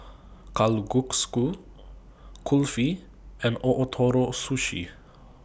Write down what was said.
Kalguksu Kulfi and Ootoro Sushi